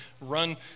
run